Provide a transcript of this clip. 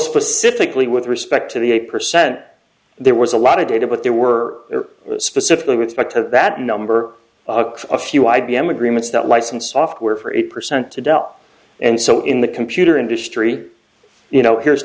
specifically with respect to the eight percent there was a lot of data but there were specifically respect to that number a few i b m agreements that licensed software for eight percent to dell and so in the computer industry you know here's